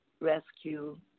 rescue